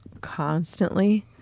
constantly